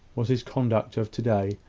was his conduct of to-day,